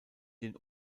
den